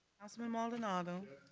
councilman maldonado.